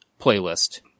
playlist